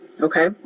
Okay